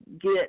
get